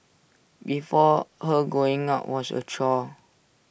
before her going out was A chore